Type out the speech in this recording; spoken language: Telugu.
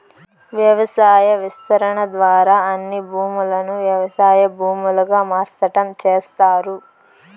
వ్యవసాయ విస్తరణ ద్వారా అన్ని భూములను వ్యవసాయ భూములుగా మార్సటం చేస్తారు